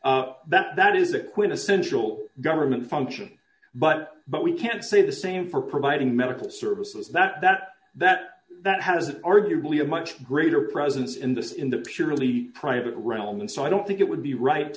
because that is the quintessential government function but but we can't say the same for providing medical services that that that that has arguably a much greater presence in this in the purely private realm and so i don't think it would be right